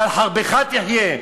ועל חרבך תחיה,